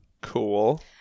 Cool